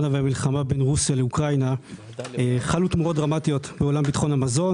והמלחמה בין רוסיה לאוקראינה חלו תמורות דרמטיות בעולם ביטחון המזון,